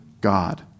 God